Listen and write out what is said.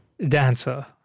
Dancer